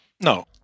No